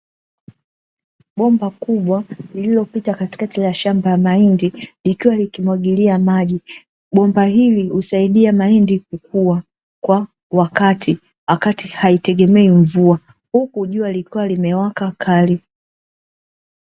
Bomba kubwa lililopita katikati ya shamba la mahindi, likiwa likimwagilia maji bomba hili husahidia mahindi kukua kwa wakati wakati haitegemei mvua, huku jua likiwaka kali.